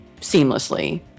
seamlessly